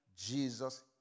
Jesus